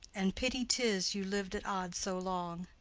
and pity tis you liv'd at odds so long.